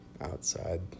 outside